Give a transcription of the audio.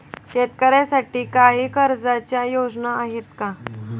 शेतकऱ्यांसाठी काही कर्जाच्या योजना आहेत का?